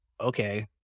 okay